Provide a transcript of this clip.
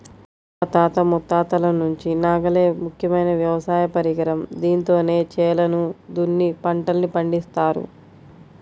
మా తాత ముత్తాతల నుంచి నాగలే ముఖ్యమైన వ్యవసాయ పరికరం, దీంతోనే చేలను దున్ని పంటల్ని పండిత్తారు